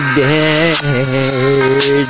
dead